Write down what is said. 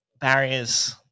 barriers